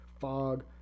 fog